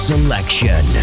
Selection